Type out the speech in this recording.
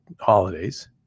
holidays